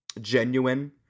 genuine